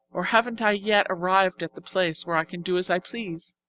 or haven't i yet arrived at the place where i can do as i please?